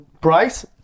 price